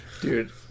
Dude